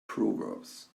proverbs